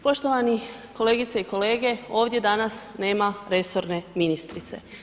Poštovani kolegice i kolege, ovdje danas nema resorne ministre.